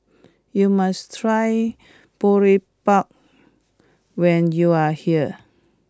you must try Boribap when you are here